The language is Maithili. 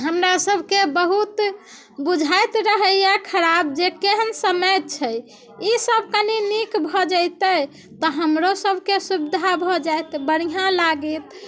हमरा सबके बहुत बुझाइत रहैया खराब जे केहन समय छै ई सब कनी नीक भऽ जैते तऽ हमरो सबके सुविधा भऽ जाइत बढ़िआँ लागत